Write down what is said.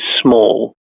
small